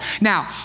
Now